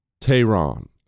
Tehran